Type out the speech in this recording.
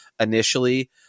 initially